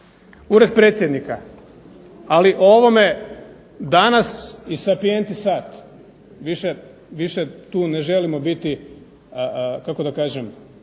Ured predsjednika, ali o ovome danas i "Sapienti sat". Više tu ne želimo biti kako da kažem